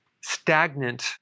stagnant